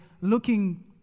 looking